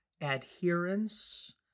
adherence